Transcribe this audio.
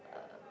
uh